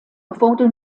wurde